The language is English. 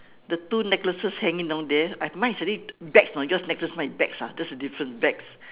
the two necklaces hanging down there I've mine is already bags know yours necklace my bags ah that's the difference bags